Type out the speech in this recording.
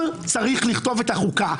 אני רוצה לתת לך לדבר.